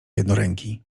jednoręki